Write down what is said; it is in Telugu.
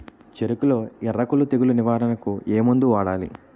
చెఱకులో ఎర్రకుళ్ళు తెగులు నివారణకు ఏ మందు వాడాలి?